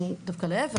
דווקא להיפך,